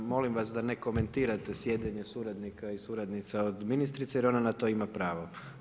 Molim vas da ne komentirate sjedenje suradnika i suradnica od ministrice jer ona na to ima pravo.